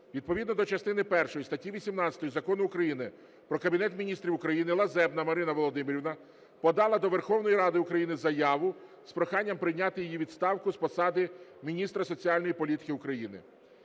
відповідно до частини першої статті 18 Закону України "Про Кабінет Міністрів України" Лазебна Марина Володимирівна подала до Верховної Ради України заяву з проханням прийняти її відставку з посади міністра соціальної політики України.